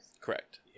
Correct